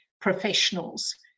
professionals